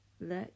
Look